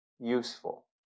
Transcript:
useful